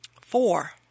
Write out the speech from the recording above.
Four